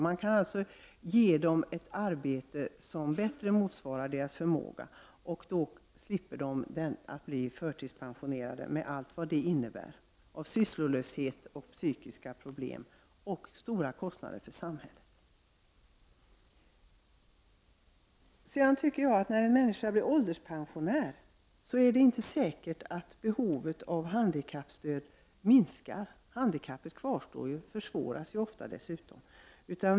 Det finns alltså möjligheter att ge dem arbeten som bättre motsvarar deras förmåga, och då slipper de att bli förtidspensionerade med allt som det innebär av sysslolöshet och psykiska problem och även stora kostnader för samhället. När en människa blir ålderspensionär är det inte säkert att behovet av handikappstöd minskar. Handikappet kvarstår ju och försvåras dessutom ofta.